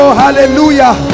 hallelujah